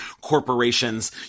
corporations